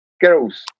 Girls